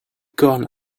cornes